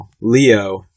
Leo